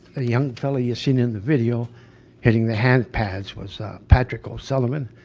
the young fella you've seen in the video hitting the hand pads was patrick o'sullivan,